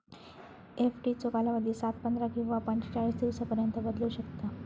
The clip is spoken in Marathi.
एफडीचो कालावधी सात, पंधरा किंवा पंचेचाळीस दिवसांपर्यंत बदलू शकता